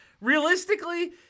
realistically